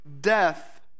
death